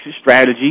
strategy